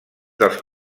dels